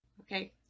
Okay